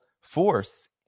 force